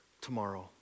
tomorrow